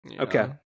Okay